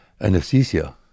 anesthesia